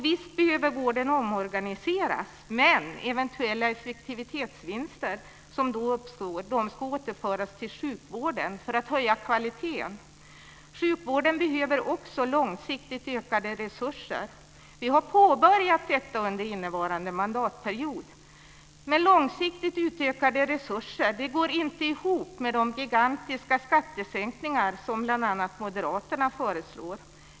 Visst behöver vården omorganiseras, men eventuella effektivitetsvinster som då uppstår ska återföras till sjukvården för att höja kvaliteten. Sjukvården behöver också långsiktigt ökade resurser. Vi har påbörjat detta under innevarande mandatperiod. Men långsiktigt utökade resurser går inte ihop med de gigantiska skattesänkningar som bl.a. Moderaterna föreslår.